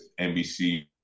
NBC